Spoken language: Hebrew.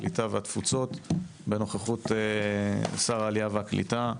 הקליטה והתפוצות בנוכחות שר העלייה והקליטה,